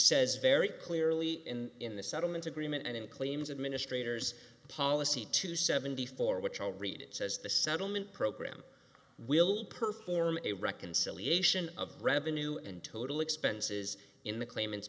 says very clearly and in the settlement agreement and in claims administrators policy to seventy four which i'll read it says the settlement program will perform a reconciliation of revenue and total expenses in the claimants